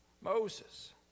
Moses